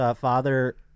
father